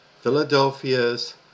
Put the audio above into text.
Philadelphia's